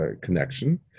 connection